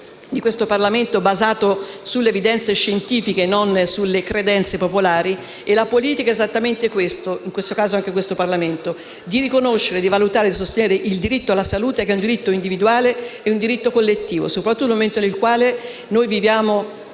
di questo Parlamento, basato sulle evidenze scientifiche e non sulle credenze popolari. E la politica è esattamente questo: riconoscere, valutare e sostenere il diritto alla salute, che è un diritto individuale e un diritto collettivo, soprattutto in un momento nel quale viviamo